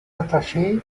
attachés